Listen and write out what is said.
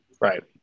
right